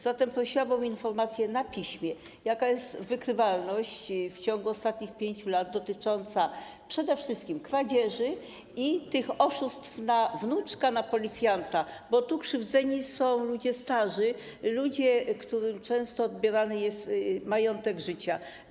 Zatem prosiłabym o informację na piśmie, jaka jest wykrywalność w ciągu ostatnich 5 lat dotycząca przede wszystkim kradzieży oraz oszustw „na wnuczka” i „na policjanta” - bo tu krzywdzeni są ludzie starzy, którym często odbierany jest majątek życia.